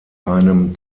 einem